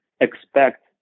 expect